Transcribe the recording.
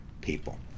people